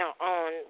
on